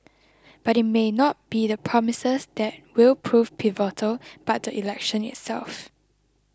but it may not be the promises that will prove pivotal but the election itself